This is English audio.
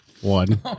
One